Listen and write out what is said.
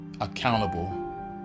accountable